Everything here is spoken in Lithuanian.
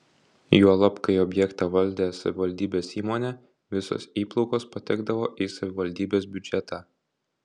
juolab kai objektą valdė savivaldybės įmonė visos įplaukos patekdavo į savivaldybės biudžetą